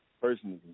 personally